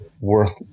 worth